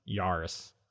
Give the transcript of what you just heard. Yaris